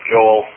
Joel